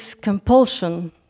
compulsion